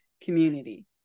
community